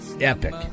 epic